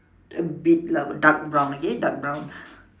a bit lah but dark brown okay dark brown